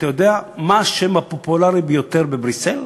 אתה יודע מה השם הפופולרי ביותר בבריסל?